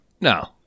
No